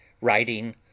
writing